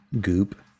goop